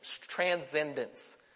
transcendence